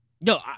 No